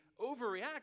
overreact